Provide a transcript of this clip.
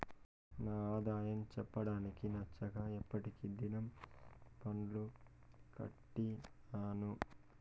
నా ఆదాయం చెప్పడానికి నచ్చక ఎప్పటి దినం పన్ను కట్టినాను